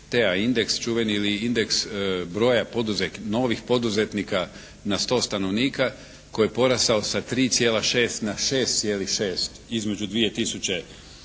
TA indeks, čuveni indeks broja novih poduzetnika na 100 stanovnika koji je porastao sa 3,6 na 6,6 između 2004.